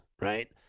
right